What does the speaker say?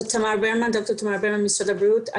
זאת דוקטור תמר ברמן משרד הבריאות.